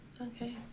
Okay